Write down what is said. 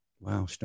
wow